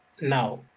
Now